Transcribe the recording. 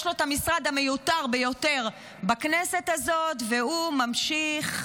יש לו את המשרד המיותר ביותר בכנסת הזאת והוא ממשיך,